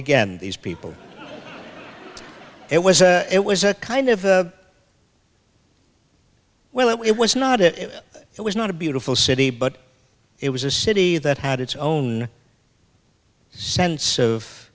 again these people it was a it was a kind of well it was not it it was not a beautiful city but it was a city that had its own sense of